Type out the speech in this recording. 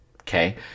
okay